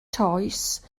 toes